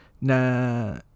na